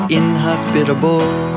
inhospitable